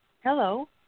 hello